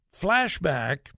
flashback